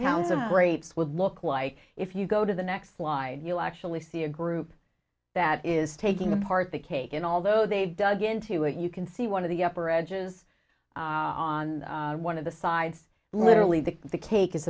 pounds of the rates would look like if you go to the next slide you'll actually see a group that is taking apart the cake and although they've dug into it you can see one of the upper edges on one of the sides literally the the cake is